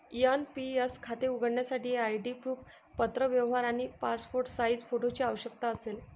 NPS खाते उघडण्यासाठी ID proof, पत्रव्यवहार आणि पासपोर्ट साइज फोटोची आवश्यकता असेल